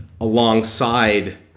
alongside